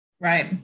Right